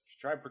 Try